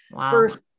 first